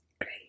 Great